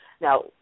Now